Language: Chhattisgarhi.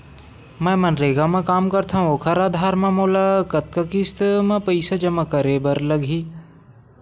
मैं मनरेगा म काम करथव, ओखर आधार म मोला कतना किस्त म पईसा जमा करे बर लगही?